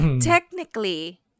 technically